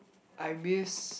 I miss